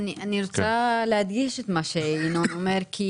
אני רוצה להדגיש את מה שינון אומר כי